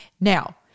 Now